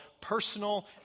personal